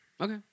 Okay